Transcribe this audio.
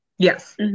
Yes